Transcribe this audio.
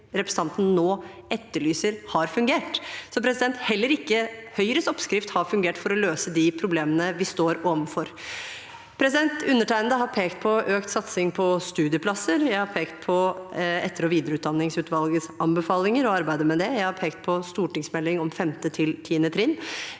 representanten nå etterlyser, har fungert. Så heller ikke Høyres oppskrift har fungert for å løse de problemene vi står overfor. Undertegnede har pekt på økt satsing på studieplasser, jeg har pekt på etter- og videreutdanningsutvalgets anbefalinger og arbeidet med det. Jeg har pekt på en stortingsmelding om 5.–10. trinn.